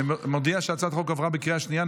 אני מודיע שהצעת החוק עברה בקריאה השנייה.